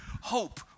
hope